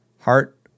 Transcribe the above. heart